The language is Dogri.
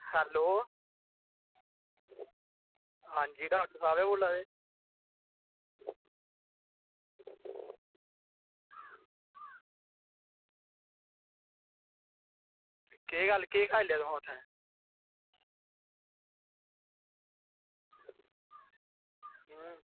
हैल्लो हां जी डाक्टर साह्व गै बोल्ला दे केह् गल्ल केह् खाई लेआ तुसैं उ्थें हां